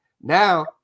Now